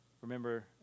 Remember